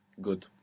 Good